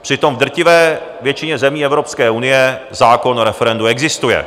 Přitom v drtivé většině zemí Evropské unie zákon o referendu existuje.